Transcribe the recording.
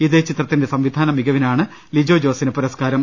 ഇതേ ചിത്രത്തിന്റെ സംവി ധാന മികവിനാണ് ലിജോജോസിന് പുരസ്കാരം